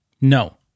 No